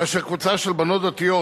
כאשר קבוצה של בנות דתיות